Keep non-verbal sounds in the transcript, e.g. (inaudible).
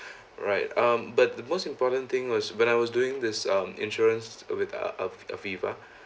right um but the most important thing was when I was doing this um insurance with uh av~ aviva (breath)